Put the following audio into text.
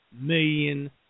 million